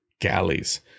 galleys